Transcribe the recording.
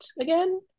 again